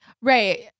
right